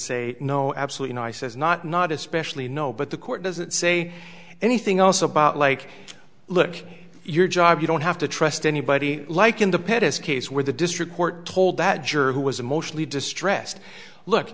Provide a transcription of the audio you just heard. say no absolutely no i says not not especially no but the court doesn't say anything else about like look your job you don't have to trust anybody like independence case where the district court told that juror who was emotionally distressed look